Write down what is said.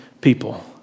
people